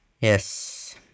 Yes